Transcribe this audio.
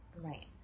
right